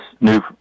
new